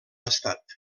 estat